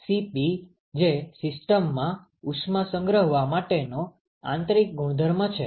Cp જે સિસ્ટમમાં ઉષ્મા સંગ્રહવા માટેનો આંતરિક ગુણધર્મ છે